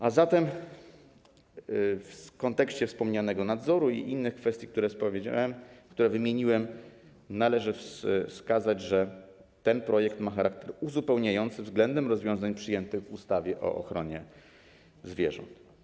A zatem, w kontekście wspomnianego nadzoru i innych kwestii, które wymieniłem, należy wskazać, że ten projekt ma charakter uzupełniający względem rozwiązań przyjętych w ustawie o ochronie zwierząt.